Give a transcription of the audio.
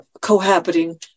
cohabiting